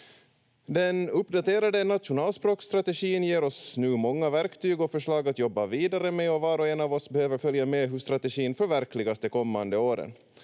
Den uppdaterade nationalspråksstrategin ger oss nu många verktyg och förslag att jobba vidare med, och var och en av oss behöver följa med hur strategin förverkligas de kommande åren.